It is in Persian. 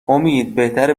امید، بهتره